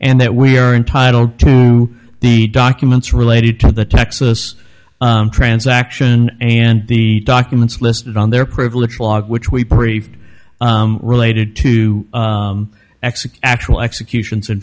and that we are entitled to the documents related to the texas transaction and the documents listed on their privilege log which we briefed related to execute actual executions in